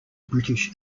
british